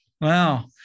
Wow